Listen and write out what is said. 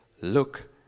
look